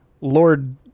Lord